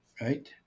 right